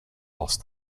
lost